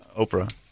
Oprah